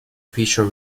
fisher